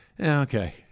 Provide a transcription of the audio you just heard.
okay